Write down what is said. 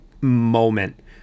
moment